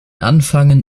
anfangen